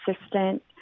assistant